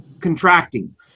contracting